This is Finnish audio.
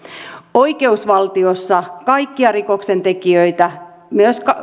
oikeusvaltiossa kaikkia rikoksentekijöitä myös